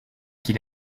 qu’il